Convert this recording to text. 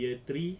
year three